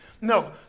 no